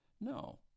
No